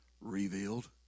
revealed